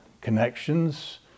connections